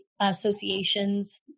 associations